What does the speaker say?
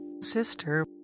sister